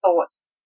thoughts